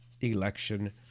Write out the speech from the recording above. election